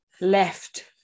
left